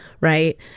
right